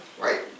Right